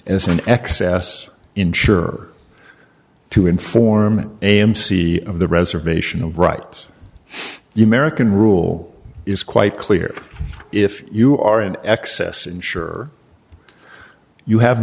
as an excess insurer to inform amc of the reservation of rights the american rule is quite clear if you are an excess insure you have